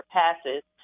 passes